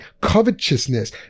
covetousness